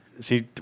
See